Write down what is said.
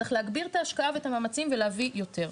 צריך להגביר את ההשקעה והמאמצים ולהביא יותר.